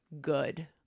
good